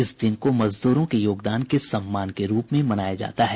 इस दिन को मजदूरों के योगदान के सम्मान के रूप में मनाया जाता है